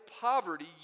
poverty